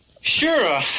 Sure